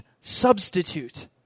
substitute